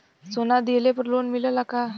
सोना दहिले पर लोन मिलल का?